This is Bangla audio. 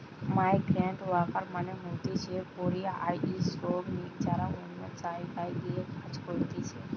মাইগ্রান্টওয়ার্কার মানে হতিছে পরিযায়ী শ্রমিক যারা অন্য জায়গায় গিয়ে কাজ করতিছে